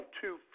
two